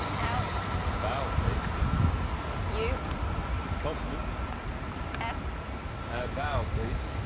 out foul, please you consonants f a vowel, please